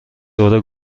دوره